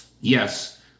Yes